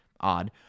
odd